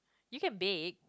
you can bake